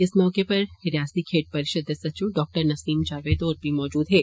इस मौके उप्पर रियासती खेड परिषद दे सचिव डाक्टर नसीम जावेद होर बी मौजूद हे